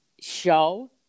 show